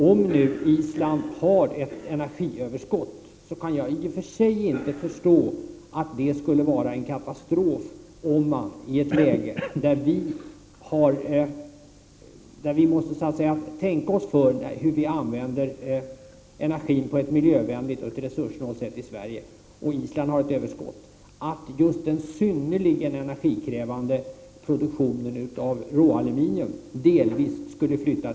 Om nu Island har ett energiöverskott kan jag i och för sig inte förstå att det skulle vara en katastrof om företagets synnerligen energikrävande produktion av råaluminium delvis skulle flyttas till Island, då vi måste tänka oss för hur vi skall använda energin på ett miljövänligt och resurssnålt sätt, medan Island har överskott på just energi. Jag kan inte inse att det skulle vara en katastrof. Vi nordiska länder skall ju också samarbeta. I deras fall skulle det också vara möjligt att göra den här investeringen på ett lönsamt sätt i Sundsvall, om företaget fick öka sin kapacitet med ungefär 50 Zo, säger företagets företrädare.